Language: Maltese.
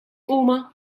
huma